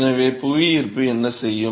எனவே புவியீர்ப்பு என்ன செய்யும்